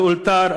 לאלתר,